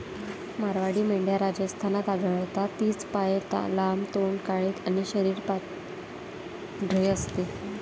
मारवाडी मेंढ्या राजस्थानात आढळतात, तिचे पाय लांब, तोंड काळे आणि शरीर पांढरे असते